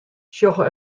sjogge